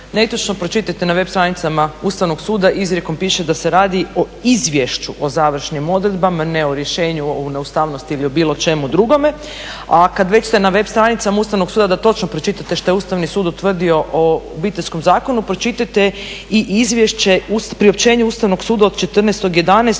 netočno, pročitajte na web stranicama Ustavnog suda, izrijekom piše da se radi o izvješću o završnim odredbama ne o rješenju o ustavnosti ili o bilo čemu drugome. A kada ste već na web stranicama Ustavnog suda da točno pročitate što je Ustavni sud utvrdio o Obiteljskom zakonu, pročitajte i priopćenje Ustavnog suda od 14.11.o